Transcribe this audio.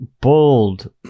bold